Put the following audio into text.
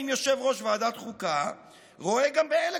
האם יושב-ראש ועדת החוקה רואה גם באלה